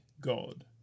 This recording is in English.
God